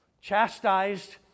chastised